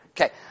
Okay